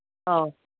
ꯑꯧ